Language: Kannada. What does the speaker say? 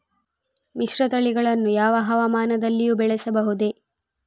ಮಿಶ್ರತಳಿಗಳನ್ನು ಯಾವ ಹವಾಮಾನದಲ್ಲಿಯೂ ಬೆಳೆಸಬಹುದೇ?